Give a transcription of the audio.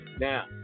Now